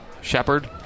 Shepard